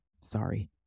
sorry